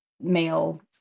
male